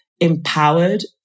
Empowered